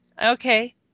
Okay